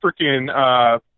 freaking